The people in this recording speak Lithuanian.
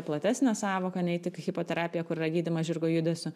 platesnė sąvoka nei tik hipoterapija kur yra gydymas žirgo judesiu